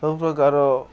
ସବୁ ପ୍ରକାର୍ର